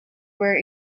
were